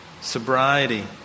sobriety